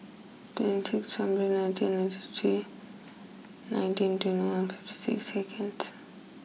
twenty six February nineteen ninety three nineteen twenty one fifty six seconds